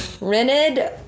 rented